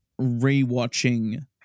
rewatching